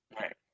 right